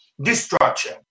destruction